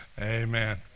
Amen